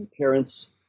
parents